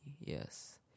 Yes